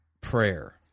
prayer